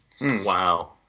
Wow